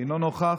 אינו נוכח,